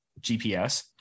GPS